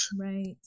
right